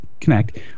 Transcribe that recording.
connect